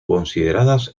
consideradas